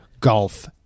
golf